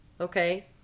okay